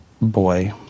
Boy